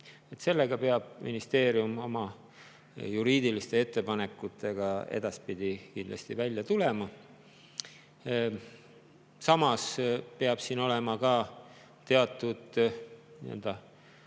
ei lahenda. Ministeerium peab oma juriidiliste ettepanekutega edaspidi kindlasti välja tulema. Samas peab siin olema ka teatud